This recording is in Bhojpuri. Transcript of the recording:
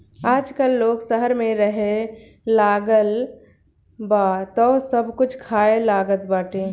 आजकल लोग शहर में रहेलागल बा तअ सब कुछ खाए लागल बाटे